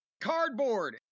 cardboard